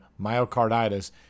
myocarditis